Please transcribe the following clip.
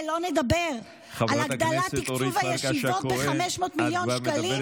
ולא נדבר על הגדלת תקצוב הישיבות ב-500 מיליון שקלים,